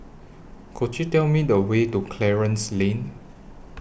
Could YOU Tell Me The Way to Clarence Lane